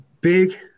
big